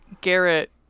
Garrett